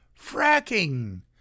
fracking